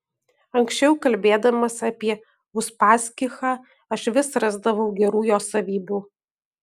anksčiau kalbėdamas apie uspaskichą aš vis rasdavau gerų jo savybių